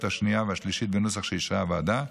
השנייה והשלישית בנוסח שאישרה הוועדה.